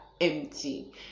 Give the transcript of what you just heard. empty